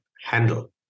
handle